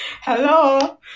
hello